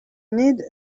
need